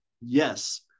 yes